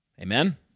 Amen